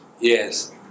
Yes